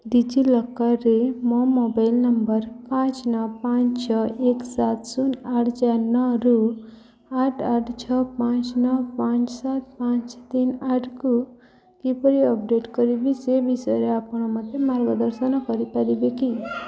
ଡିଜିଲକର୍ରେ ମୋ mobile number ପାଞ୍ଚ ନଅ ପାଞ୍ଚ ଛଅ ଏକ ସାତ ଶୂନ ଆଠ ଚାରି ନଅରୁ ଆଠ ଆଠ ଛଅ ପାଞ୍ଚ ନଅ ପାଞ୍ଚ ସାତ ପାଞ୍ଚ ତିନି ଆଠକୁ କିପରି ଅପଡ଼େଟ୍ କରିବି ସେ ବିଷୟରେ ଆପଣ ମୋତେ ମାର୍ଗଦର୍ଶନ କରିପାରିବେ କି